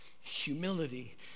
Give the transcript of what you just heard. humility